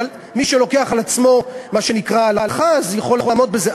אבל מי שלוקח על עצמו מה שנקרא הלכה יכול לעמוד בזה.